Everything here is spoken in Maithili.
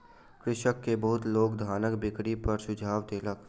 कृषक के बहुत लोक धानक बिक्री पर सुझाव देलक